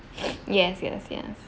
yes yes yes